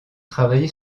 travaillé